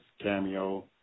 Cameo